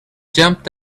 jumped